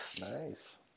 Nice